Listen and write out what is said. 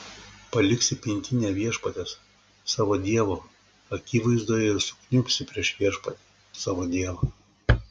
paliksi pintinę viešpaties savo dievo akivaizdoje ir sukniubsi prieš viešpatį savo dievą